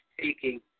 taking